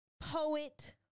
poet